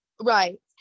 Right